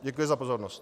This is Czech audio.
Děkuji za pozornost.